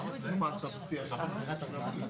פרמטר אחד זה שכר הדירה לתקופה שבעצם בהסכמים בין היזם